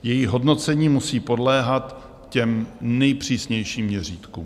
Její hodnocení musí podléhat těm nejpřísnějším měřítkům.